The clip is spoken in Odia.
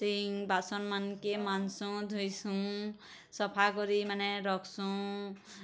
ସିଏ ବାସନ୍ ମାନ୍କେ ମାନ୍ସୁ ଧୁଇସୁ ସଫା କରି ମାନେ ରଖସୁ